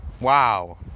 Wow